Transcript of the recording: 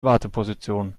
warteposition